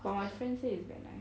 but my friend say is very nice